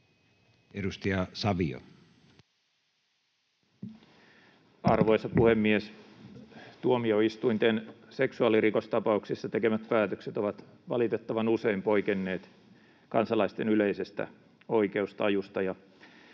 Content: Arvoisa puhemies! Tuomioistuinten seksuaalirikostapauksissa tekemät päätökset ovat valitettavan usein poikenneet kansalaisten yleisestä oikeustajusta,